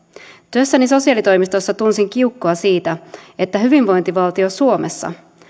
työssäni sosiaalitoimistossa tunsin kiukkua siitä että hyvinvointivaltio suomessa